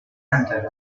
entered